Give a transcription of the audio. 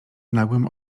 nagłym